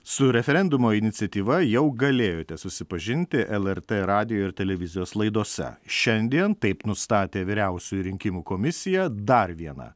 su referendumo iniciatyva jau galėjote susipažinti lrt radijo ir televizijos laidose šiandien taip nustatė vyriausioji rinkimų komisija dar viena